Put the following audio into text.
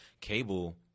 Cable